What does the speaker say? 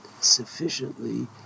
sufficiently